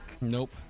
nope